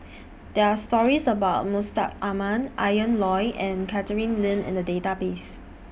There Are stories about Mustaq Ahmad Ian Loy and Catherine Lim in The Database